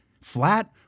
Flat